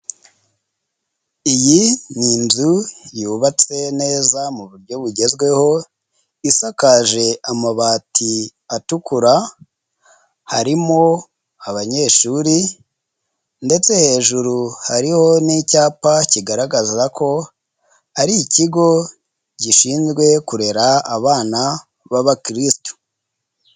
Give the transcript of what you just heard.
Iyi ni inzu yubatse neza mu buryo bugezweho, isakaje amabati atukura, harimo abanyeshuri ndetse hejuru hariho n'icyapa kigaragaza ko ari ikigo gishinzwe kurera abana b'abakirisitu.